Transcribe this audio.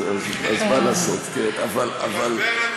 תפסיקו לשקר לציבור.